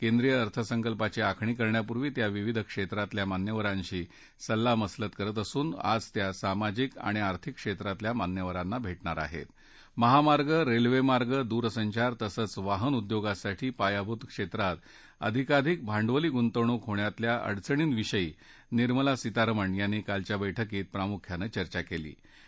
केंद्रीय अर्थसंकल्पाची आखणी करण्यापूर्वी त्या विविध क्षप्रप्तल्या मान्यवरांशी सल्ला मसलत करत असून आज त्या सामाजिक आणि आर्थिक क्षप्रतल्या मान्यवरांना भप्पीर आहप महामार्ग रस्विर्तां दूरसंचार तसंच वाहन उद्योगांसाठी पायाभूत क्षप्रति आधिकधिक भांडवली गुंतवणूक होण्यातल्या अडचणींविषयी निर्मला सीतारामन यांनी कालच्या बैठकीत प्रामुख्यानं चर्चा कत्ती